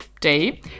Day